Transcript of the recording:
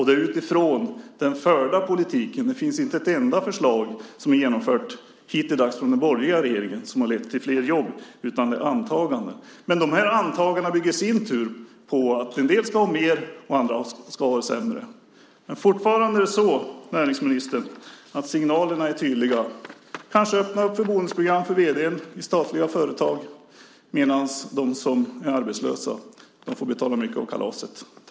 Det är utifrån den hittills förda politiken. Det finns ännu inte ett enda förslag som har genomförts från den borgerliga regeringen som har lett till flera jobb, utan det är antaganden. Men de här antagandena bygger i sin tur på att en del ska ha mer och andra mindre. Fortfarande är det så, näringsministern, att signalerna är tydliga: Att kanske öppna upp för bonusprogram för vd:ar i statliga företag medan de som är arbetslösa får betala mycket av kalaset.